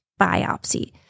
biopsy